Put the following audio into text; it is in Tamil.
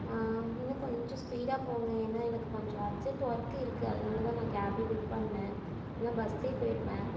இன்னும் கொஞ்சம் ஸ்பீடாக போங்க ஏன்னா எனக்கு கொஞ்சம் அர்ஜெண்ட் ஒர்க் இருக்குது அதனால தான் நான் கேப் புக் பண்ணிணேன் இல்லைனா பஸில் போயிருப்பேன்